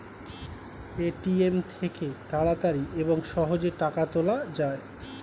ATM থেকে তাড়াতাড়ি এবং সহজে টাকা তোলা যায়